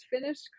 finished